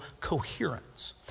coherence